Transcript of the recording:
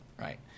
right